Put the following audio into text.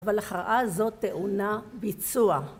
אבל הכרעה הזו טעונה ביצוע